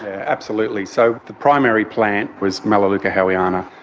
absolutely. so the primary plant was melaleuca howeana.